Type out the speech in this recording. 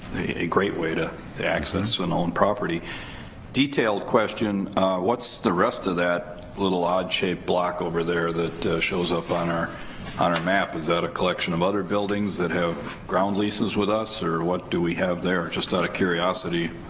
a great way to to access and own property detailed question what's the rest of that little odd shaped block over there that shows up on our honor map is that a of other buildings that have ground leases with us or what do we have they're just out of curiosity